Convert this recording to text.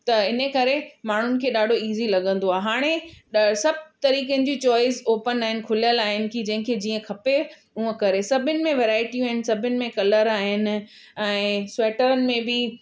त इन करे माण्हुनि खे ॾाढो ईज़ी लॻंदो आहे हाणे ॾ सभु तरीक़े जिन चॉइस ओपन आहिनि खुलियल आहिनि कि जंहिंखे जीअं खपे ऊअं करे सभिनि में वैराइटियूं आहिनि सभिनि में कलर आहिनि ऐं स्वेटरनि में बि